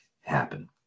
happen